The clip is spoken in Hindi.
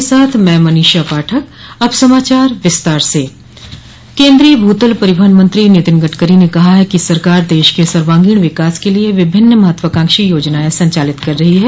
केन्द्रीय भतल परिवहन मंत्री नितिन गडकरी ने कहा है कि सरकार देश के सर्वांगीण विकास के लिए विभिन्न महत्वाकांक्षी योजनाएं संचालित कर रही है